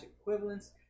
equivalents